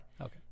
Okay